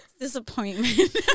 disappointment